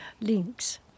links